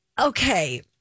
okay